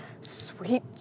sweet